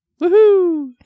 Woohoo